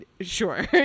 Sure